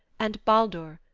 and baldur,